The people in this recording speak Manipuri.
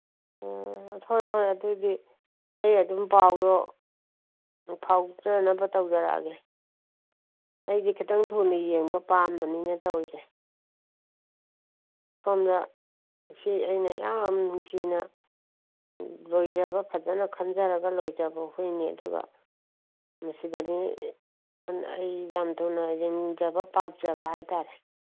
ꯎꯝ ꯍꯣꯏ ꯍꯣꯏ ꯑꯗꯨꯗꯤ ꯑꯩ ꯑꯗꯨꯝ ꯄꯥꯎꯗꯣ ꯐꯥꯎꯖꯅꯕ ꯇꯧꯖꯔꯛꯑꯒꯦ ꯑꯩꯁꯦ ꯈꯤꯇꯪ ꯊꯨꯅ ꯌꯦꯡꯕ ꯄꯥꯝꯕꯅꯤꯅꯦ ꯇꯧꯔꯤꯁꯦ ꯁꯣꯝꯗ ꯁꯤ ꯑꯩꯅ ꯌꯥꯝ ꯅꯨꯡꯁꯤꯅ ꯂꯣꯏꯖꯕ ꯐꯖꯅ ꯈꯟꯖꯔꯒ ꯂꯣꯏꯖꯕ ꯍꯨꯏꯅꯤ ꯑꯗꯨꯒ ꯃꯁꯤꯗꯗꯤ ꯑꯩ ꯌꯥꯝ ꯊꯨꯅ ꯌꯦꯡꯖꯕ ꯄꯥꯝꯖꯕ ꯍꯥꯏ ꯇꯥꯔꯦ